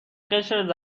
قشر